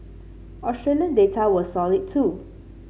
Australian data was solid too